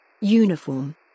Uniform